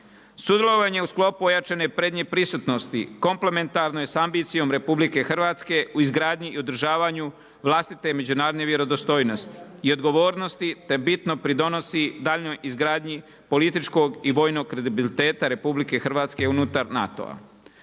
Sudjelovanje u sklopu ojačane prednje prisutnosti, komplementarnoj s ambicijom RH u izgradnji i održavanju vlastite međunarodne vjerodostojnosti i odgovornosti, te bitno pridonosi daljnjoj izgradnji političkog i vojnog kredibiliteta RH unutar NATO-a.